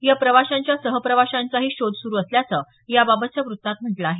या प्रवाशांच्या सहप्रवाशांचाही शोध सुरु असल्याचं याबातच्या वृत्तात म्हटलं आहे